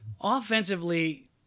Offensively